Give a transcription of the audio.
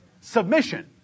submission